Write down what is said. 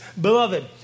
Beloved